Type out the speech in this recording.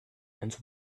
and